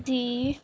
the